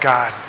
God